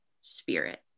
spirit